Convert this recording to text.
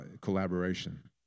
collaboration